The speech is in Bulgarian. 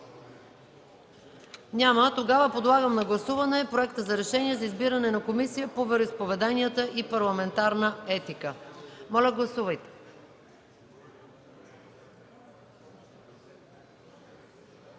Няма. Подлагам на гласуване Проекта на решение за избиране на Комисията по вероизповеданията и парламентарна етика. Гласували